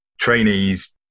trainees